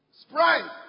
Sprite